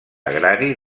agrari